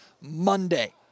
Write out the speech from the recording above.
Monday